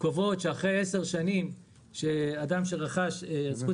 קובעות שעשר שנים אחרי שאדם שרכש זכות